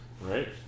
right